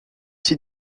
ses